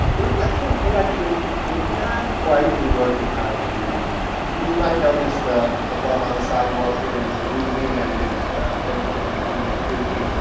the rejection collection is not quite new yorker kind of humor. and you might notice the the bum on the sidewalk here who is boozing and his ventriloquist dummy is puking.